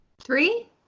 three